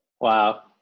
Wow